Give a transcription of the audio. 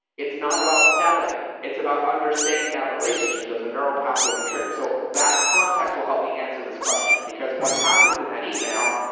it's not about selling. it's about understanding that relationship, those neuropathways and triggers. so that context will help me answer this question, because what happens in that email,